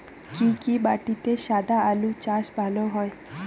কি কি মাটিতে সাদা আলু চাষ ভালো হয়?